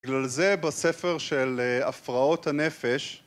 בגלל זה בספר של הפרעות הנפש